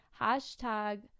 Hashtag